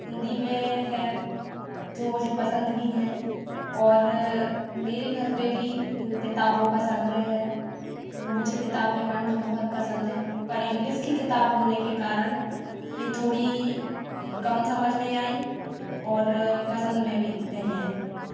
हिंदी में हैं जो मुझे पसंद भी हैं और मेरे घर पर भी किताबों का संग्रह है मुझे किताबें पढ़ना बहुत पसंद है पर इंग्लिश की किताब होने के कारण यह थोड़ी कम समझ में आई और पसंद में भी नहीं आई